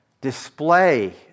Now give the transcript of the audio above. display